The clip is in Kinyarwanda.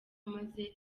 maze